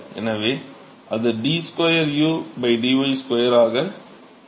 எனவே அது d2 u dy 2 ஆக இருக்க வேண்டும்